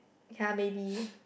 ya maybe